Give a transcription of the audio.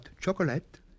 chocolate